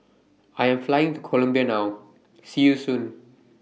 I Am Flying to Colombia now See YOU Soon